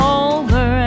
over